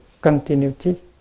continuity